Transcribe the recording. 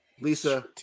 Lisa